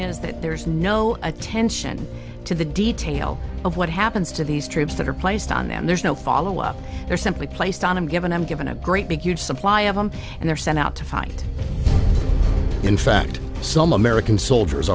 is that there's no attention to the detail of what happens to these troops that are placed on them there's no follow up they're simply placed on i'm given i'm given a great big huge supply of them and they're sent out to fight in fact some american soldiers